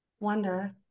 wonder